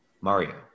Mario